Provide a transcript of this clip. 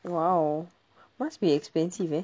!wow! must be expensive eh